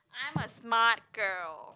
I'm a smart girl